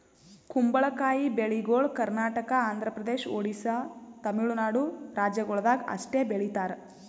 ಕುಂಬಳಕಾಯಿ ಬೆಳಿಗೊಳ್ ಕರ್ನಾಟಕ, ಆಂಧ್ರ ಪ್ರದೇಶ, ಒಡಿಶಾ, ತಮಿಳುನಾಡು ರಾಜ್ಯಗೊಳ್ದಾಗ್ ಅಷ್ಟೆ ಬೆಳೀತಾರ್